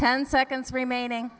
ten seconds remaining